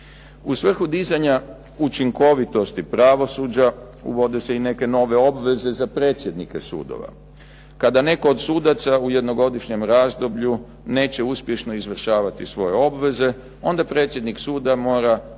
U svrhu dizanja učinkovitosti pravosuđa uvode se i neke nove obveze za predsjednike sudova. Kada netko od sudaca u jednogodišnjem razdoblju neće uspješno izvršavati svoje obveze onda predsjednik suda mora